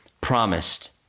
promised